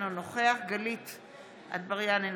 אינו נוכח גלית דיסטל אטבריאן,